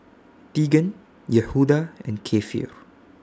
Teagan Yehuda and Keifer